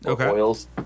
oils